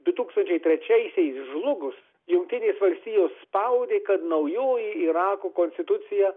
du tūkstančiai trečiaisiais žlugus jungtinės valstijos spaudė kad naujoji irako konstitucija